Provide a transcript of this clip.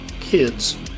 kids